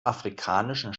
afrikanischen